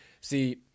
see